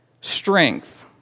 strength